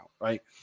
right